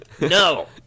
No